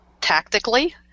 tactically